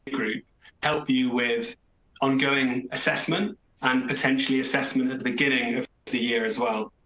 group help you with ongoing assessment and potentially assessment at the beginning of the year as well.